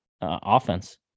Offense